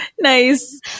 Nice